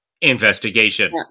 investigation